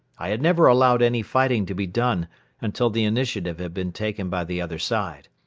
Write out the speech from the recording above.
i had never allowed any fighting to be done until the initiative had been taken by the other side.